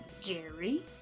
Jerry